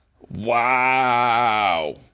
Wow